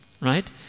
right